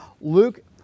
Luke